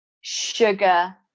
sugar